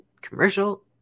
commercial